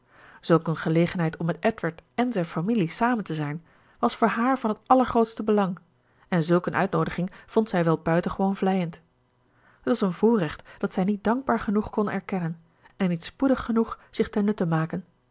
zulk een gelegenheid om met edward èn zijn familie samen te zijn was voor haar van het allergrootste belang en zulk eene uitnoodiging vond zij wel buitengewoon vleiend het was een voorrecht dat zij niet dankbaar genoeg kon erkennen en niet spoedig genoeg zich ten nutte maken